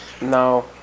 no